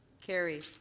carried.